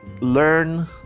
learn